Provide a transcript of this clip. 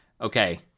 okay